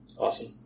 Awesome